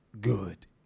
Good